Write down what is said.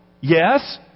Yes